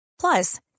Plus